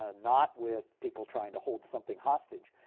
ah not with people trying to hold something hostage,